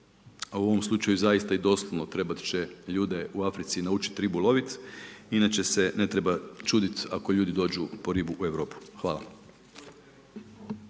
A u ovom slučaju zaista i doslovno trebati će ljude u Africi naučiti ribu loviti. Inače se ne treba čuditi ako ljudi dođu po ribu u Europu. Hvala.